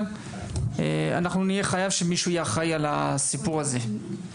מישהו חייב להיות אחראי על הסיפור הזה.